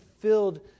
filled